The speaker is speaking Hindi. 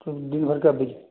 तो दिन भर का बिज